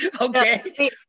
Okay